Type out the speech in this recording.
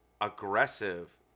aggressive